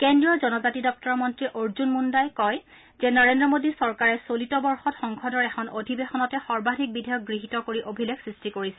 কেন্দ্ৰীয় জনজাতি দপ্তৰৰ মন্ত্ৰী অৰ্জন মণ্ডাই আজি কয় যে নৰেন্দ্ৰ মোডী চৰকাৰে চলিত বৰ্ষত সংসদৰ এখন অধিৱেশনতে সৰ্বাধিক বিধেয়ক গৃহীত কৰি অভিলেখ সৃষ্টি কৰিছে